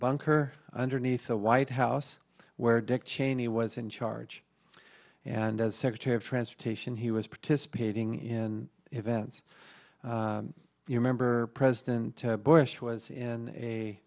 bunker underneath the white house where dick cheney was in charge and as secretary of transportation he was participating in events you remember president bush was in a